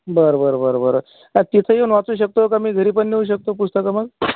बरं बरं बरं बरं आणि तिथं येऊन वाचू शकतो का मी घरी पण नेऊ शकतो पुस्तकं मग